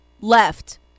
left